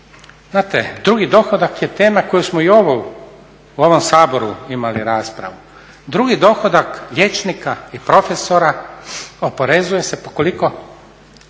Znate, drugi dohodak je tema koju smo i u ovom Saboru imali raspravu. Drugi dohodak liječnika i profesora oporezuje se po koliko?